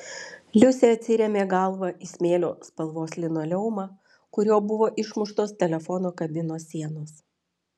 liusė atrėmė galvą į smėlio spalvos linoleumą kuriuo buvo išmuštos telefono kabinos sienos